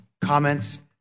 comments